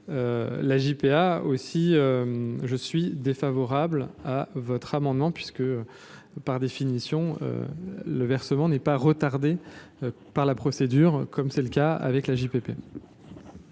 l’AJPA. Je suis donc défavorable à cet amendement puisque, par définition, le versement n’est pas retardé par la procédure, comme c’est le cas avec l’AJPP.